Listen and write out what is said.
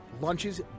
Lunches